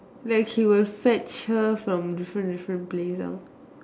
like he will fetch her from different different place ah